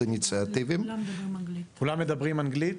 כולם מדברים אנגלית?